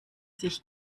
sich